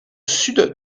sud